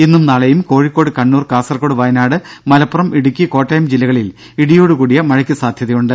ഇന്നും നാളെയും കോഴിക്കോട്കണ്ണൂർ കാസർകോഡ് വയനാട് മലപ്പുറം ഇടുക്കി കോട്ടയം ജില്ലകളിൽ ഇടിയോട് കൂടിയ മഴയ്ക്ക് സാധ്യതയുണ്ട്